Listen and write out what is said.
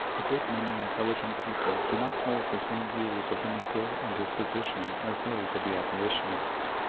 a good many intelligent people do not hold the same views of the negro and his position as those of the abolitionists.